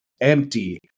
empty